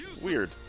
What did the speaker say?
Weird